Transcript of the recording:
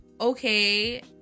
okay